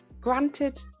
granted